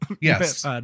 Yes